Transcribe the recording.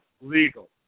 legal